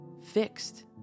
fixed